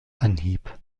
anhieb